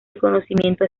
reconocimiento